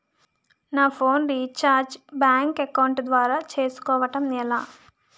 నా phone recharge bank account ద్వారా చేసుకోవటం ఎలా?